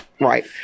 Right